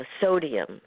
sodium